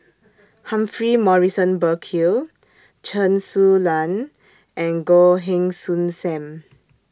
Humphrey Morrison Burkill Chen Su Lan and Goh Heng Soon SAM